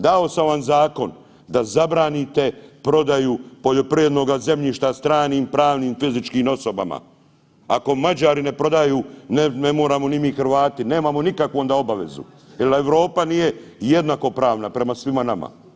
Dao sam vam zakon da zabranite prodaju poljoprivrednoga zemljišta stranim pravnim, fizičkim osobama, ako Mađari ne prodaju ne moramo ni mi Hrvati nemamo nikakvu onda obavezu jer Europa nije jednakopravna prema svima nama.